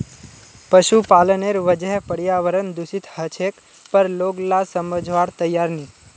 पशुपालनेर वजह पर्यावरण दूषित ह छेक पर लोग ला समझवार तैयार नी